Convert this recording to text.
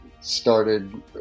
started